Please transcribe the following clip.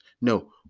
No